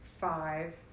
five